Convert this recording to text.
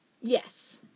Yes